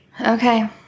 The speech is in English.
Okay